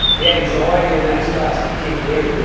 the anxiety and that starts to kick in,